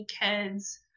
kids